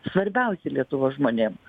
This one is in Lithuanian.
svarbiausi lietuvos žmonėm